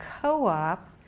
co-op